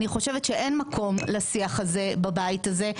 אני חושבת שאין מקום לשיח הזה בבית הזה.